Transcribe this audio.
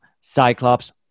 Cyclops